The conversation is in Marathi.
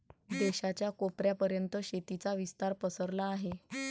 देशाच्या कोपऱ्या पर्यंत शेतीचा विस्तार पसरला आहे